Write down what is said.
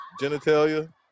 genitalia